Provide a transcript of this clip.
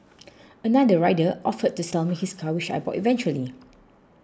another rider offered to sell me his car which I bought eventually